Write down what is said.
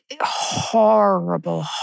horrible